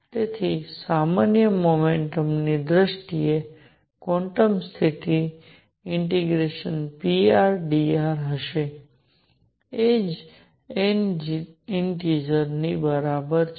તેથી સામાન્ય મોમેન્ટમની દ્રષ્ટિએ ક્વોન્ટમ સ્થિતિ ∫prdr હશે એ n ઇન્ટેજરની બરાબર છે